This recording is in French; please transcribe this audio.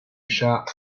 chat